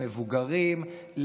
למבוגרים,